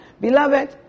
Beloved